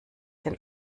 den